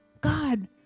God